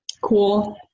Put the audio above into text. cool